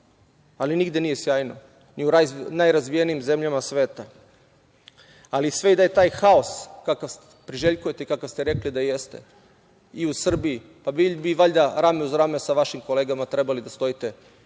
ali nigde nije sjajno, ni u najrazvijenijim zemljama sveta. Sve i da je taj haos kakav priželjkujete i kakav ste rekli da jeste i u Srbiji, pa, vi bi valjda rame uz rame sa vašim kolegama trebalo da stojite